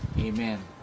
Amen